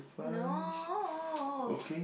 no